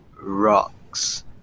rocks